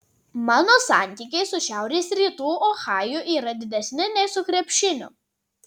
mano santykiai su šiaurės rytų ohaju yra didesni nei su krepšiniu